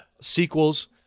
sequels